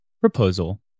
Proposal